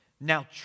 now